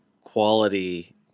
quality